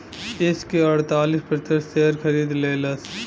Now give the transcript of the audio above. yes के अड़तालीस प्रतिशत शेअर खरीद लेलस